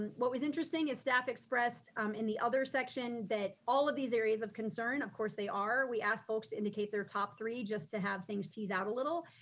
and what was interesting is staff expressed um in the other section that all of these areas of concern of course they are, we asked folks to indicate their top three just to have things tease out a little.